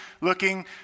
looking